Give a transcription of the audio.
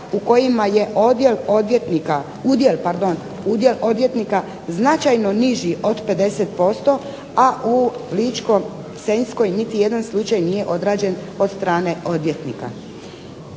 udjel pardon, udjel odvjetnika značajno niži od 50%, a u Ličko-senjskoj niti jedan slučaj nije odrađen od strane odvjetnika.